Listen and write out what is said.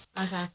Okay